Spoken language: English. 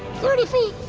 thirty feet.